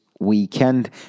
weekend